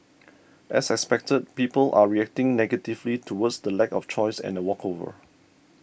as expected people are reacting negatively towards the lack of choice and a walkover